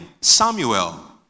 Samuel